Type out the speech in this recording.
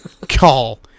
Call